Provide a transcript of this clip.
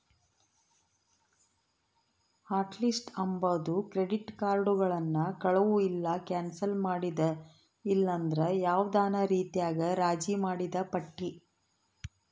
hot list ಅಂಬಾದು credit ಕಾರ್ಡುಗುಳ್ನ ಕಳುವು ಇಲ್ಲ ಕ್ಯಾನ್ಸಲ್ ಮಾಡಿದ ಇಲ್ಲಂದ್ರ ಯಾವ್ದನ ರೀತ್ಯಾಗ ರಾಜಿ ಮಾಡಿದ್ ಪಟ್ಟಿ